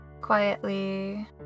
Quietly